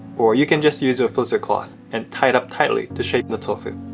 or you can just use your filter cloth and tie it up tightly to shape the tofu.